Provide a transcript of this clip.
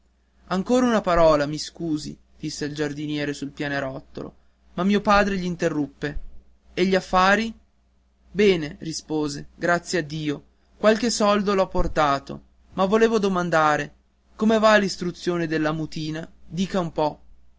ancora una parola mi scusi disse il giardiniere sul pianerottolo ma mio padre l'interruppe e gli affari bene rispose grazie a dio qualche soldo l'ho portato ma volevo domandare come va l'istruzione della mutina dica un po